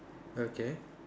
okay